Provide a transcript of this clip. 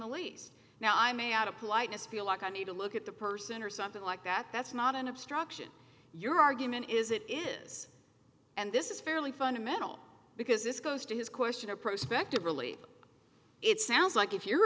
the least now i may out of politeness feel like i need to look at the person or something like that that's not an obstruction your argument is it is and this is fairly fundamental because this goes to his question or prospected really it sounds like if you're